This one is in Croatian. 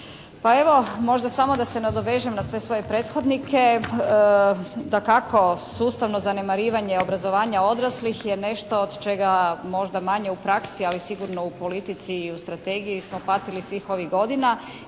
Pa evo, možda samo da se nadovežem na sve svoje prethodnike. Dakako, sustavno zanemarivanje obrazovanja odraslih je nešto od čega možda manje u praksi, ali sigurno u politici i strategiji smo patili svih ovih godina.